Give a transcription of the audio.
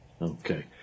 Okay